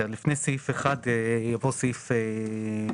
מכולם: לפני סעיף 1, יבוא סעיף מטרה: